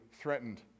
threatened